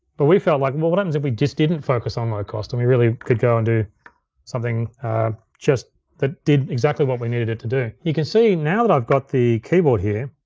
but we felt like well, what happens if we just didn't focus on low-cost and we really could go and do something just that did exactly what we needed it to do. you can see now that i've got the keyboard here,